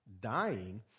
dying